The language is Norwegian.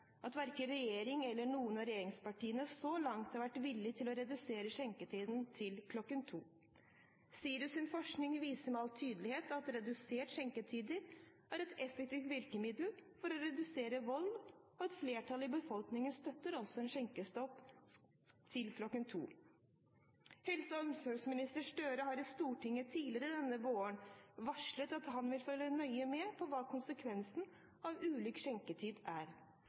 at verken regjeringen eller noen av regjeringspartiene så langt har vært villig til å redusere skjenketiden til kl. 2. SIRUS’ forskning viser med all tydelighet at reduserte skjenketider er et effektivt virkemiddel for å redusere vold, og et flertall i befolkningen støtter altså skjenkestopp kl. 2. Helse- og omsorgsminister Gahr Støre har i Stortinget tidligere denne våren varslet at han vil følge nøye med på hva konsekvensen av ulik skjenketid er.